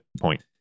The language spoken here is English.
point